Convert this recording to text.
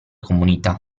comunità